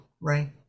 right